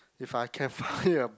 if I can find a